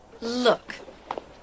look